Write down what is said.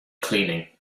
cleaning